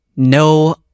No